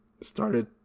started